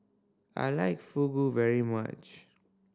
I like Fugu very much